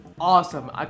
awesome